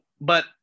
but-